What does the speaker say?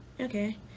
okay